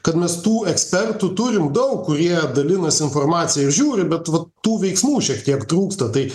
kad mes tų ekspertų turim daug kurie dalinas informacija ir žiūri bet vat tų veiksmų šiek tiek trūksta tai